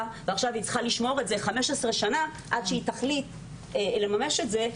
והיא צריכה לשמור אותו 15 שנה עד שתחליט לממש את זה,